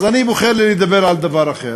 אז אני בוחר לדבר על דבר אחר,